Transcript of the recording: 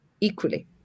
equally